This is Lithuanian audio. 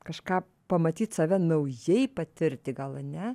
kažką pamatyt save naujai patirti gal ane